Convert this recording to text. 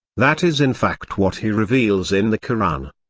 that is in fact what he reveals in the koran.